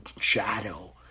shadow